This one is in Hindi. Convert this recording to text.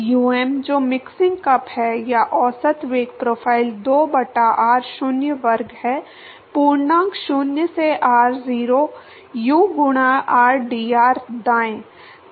Um जो मिक्सिंग कप है या औसत वेग प्रोफ़ाइल 2 बटा r0 वर्ग है पूर्णांक 0 से r0 u गुणा r dr दाएँ